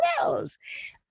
else